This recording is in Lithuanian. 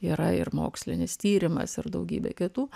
yra ir mokslinis tyrimas ir daugybė kitų